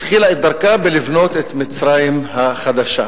התחילה את דרכה בבניית מצרים החדשה.